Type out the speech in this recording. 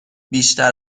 بیشتر